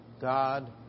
God